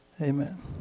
Amen